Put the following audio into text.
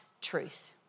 truth